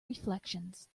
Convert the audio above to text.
reflections